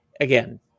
again